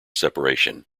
separation